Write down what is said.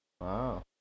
Wow